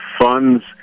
funds